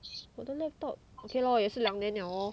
我的 laptop okay lor 也是两年了 lor